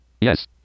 Yes